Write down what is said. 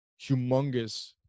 humongous